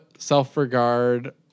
Self-regard